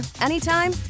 anytime